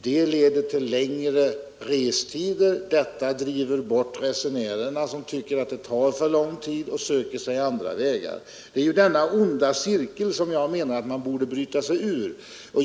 Det leder till längre restider, Något som i sin tur driver bort resenärerna som tycker att det tar för lång tid. Det är denna onda cirkel som jag anser att man borde bryta sig ur.